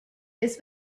this